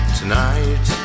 tonight